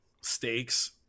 steaks